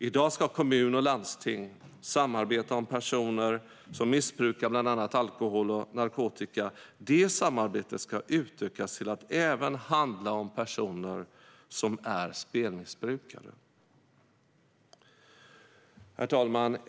I dag ska kommun och landsting samarbeta om personer som missbrukar bland annat alkohol och narkotika, och det samarbetet ska utökas till att handla även om personer som är spelmissbrukare. Herr talman!